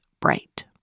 bright